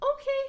okay